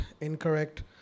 incorrect